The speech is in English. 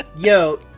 Yo